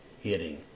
hitting